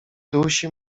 dusi